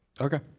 Okay